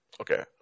Okay